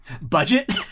budget